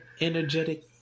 energetic